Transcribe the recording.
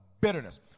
Bitterness